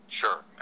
Sure